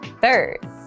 Third